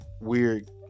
weird